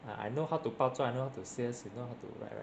ah I know how to 包装 I know how to sales you know how to write right